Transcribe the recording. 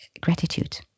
gratitude